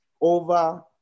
over